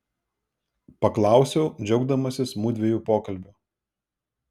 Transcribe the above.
paklausiau džiaugdamasis mudviejų pokalbiu